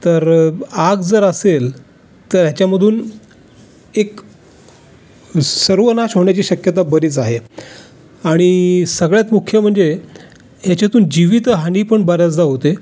तर आग जर असेल तर ह्याच्यामधून एक सर्वनाश होण्याची शक्यता बरीच आहे आणि सगळ्यात मुख्य म्हणजे ह्याच्यातून जीवित हानी पण बऱ्याचदा होते